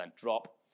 drop